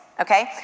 okay